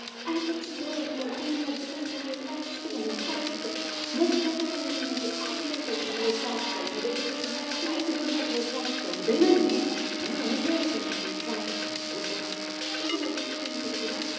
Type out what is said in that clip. आइपुग्छु त हौ अन्त टाइम लाग्दैन कोहीकोही बेला त्यस्तो भनेको ट्राफिक म त कहिले कालिम्पोङमा आठ माइलपट्टि त मैले ट्राफिकहरू नि देखिको छुइनँ त्यो पनि यति बेलुकातिर त ट्राफिकहरू हुँदैन नि होइन हुँदै हुँदैन त्यो ट्राफिकहरू हुँदैन यस्तो राति बेलुकीतिर